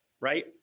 right